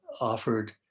offered